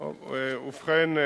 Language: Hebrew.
ובכן,